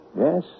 Yes